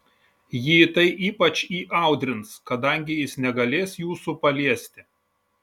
jį tai ypač įaudrins kadangi jis negalės jūsų paliesti